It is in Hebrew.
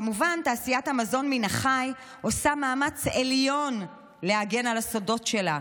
כמובן שתעשיית המזון מן החי עושה מאמץ עליון להגן על הסודות שלה,